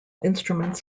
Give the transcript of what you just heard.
instruments